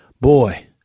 Boy